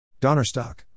Donnerstock